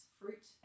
fruit